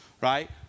Right